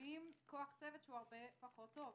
מביאים צוות שהוא הרבה פחות טוב.